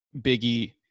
Biggie